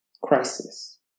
crisis